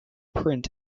print